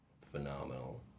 phenomenal